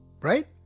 Right